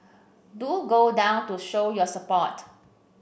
do go down to show your support